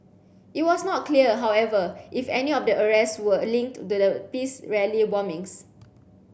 it was not clear however if any of the arrests were linked to the peace rally bombings